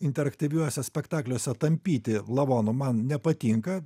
interaktyviuose spektakliuose tampyti lavonų man nepatinka